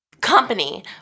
Company